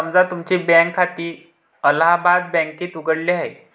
समजा तुमचे बँक खाते अलाहाबाद बँकेत उघडले आहे